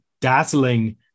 dazzling